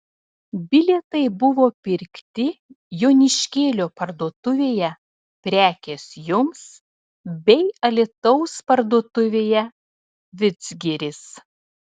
bilietai buvo pirkti joniškėlio parduotuvėje prekės jums bei alytaus parduotuvėje vidzgiris